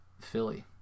Philly